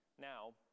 Now